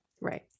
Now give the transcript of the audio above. right